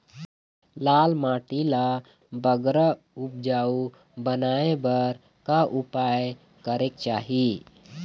लाल माटी ला बगरा उपजाऊ बनाए बर का उपाय करेक चाही?